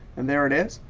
and there it is.